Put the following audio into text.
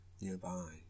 nearby